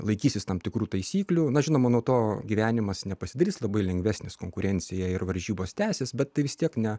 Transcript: laikysis tam tikrų taisyklių na žinoma nuo to gyvenimas nepasidarys labai lengvesnis konkurencija ir varžybos tęsis bet tai vis tiek ne